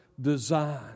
design